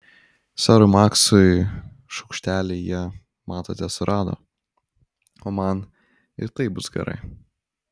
serui maksui šaukštelį jie matote surado o man ir taip bus gerai